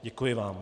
Děkuji vám.